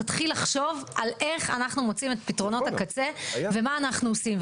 תתחיל לחשוב איך אנחנו מוצאים את פתרונות הקצה ומה אנחנו עושים.